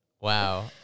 Wow